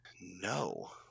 No